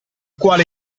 quale